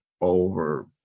over